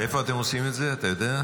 איפה אתם עושים את זה, אתה יודע?